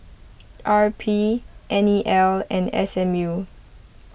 R P N E L and S M U